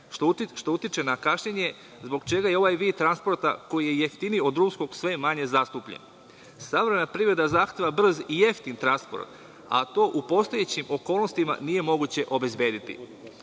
što utiče na kašnjenje, zbog čega je ovaj vid transporta, koji je jeftiniji od drumskog, sve manje zastupljen. Savremena privreda zahteva brz i jeftin transport, a to u postojećim okolnostima nije moguće obezbediti. Prvi